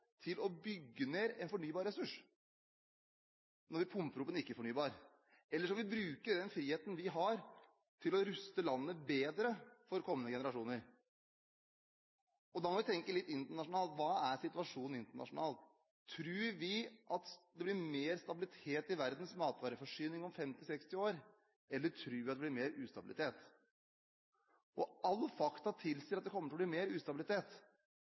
til å bygge ned en fornybar ressurs når vi pumper opp en ikke-fornybar? Eller skal vi bruke den friheten vi har, til å ruste landet bedre for kommende generasjoner? Da må vi tenke litt internasjonalt. Hva er situasjonen internasjonalt? Tror vi det blir mer stabilitet i verdens matvareforsyning om 50–60 år, eller tror vi det blir mer ustabilitet? Alle fakta tilsier at det kommer til å bli mer ustabilitet.